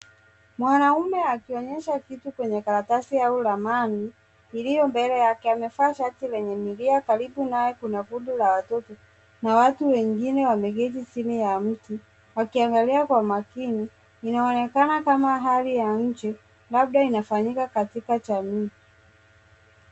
Mwanaume akionyesha kitu kwenye karatasi au ramani iliyo mbele yake. Amevaa shati lenye milia, karibu naye kuna kundi la watoto na watu wengine wameketi chini ya mti, wakiangalia kwa makini .Inaonekana kama hali ya mji, labda inafanyika katika jamii.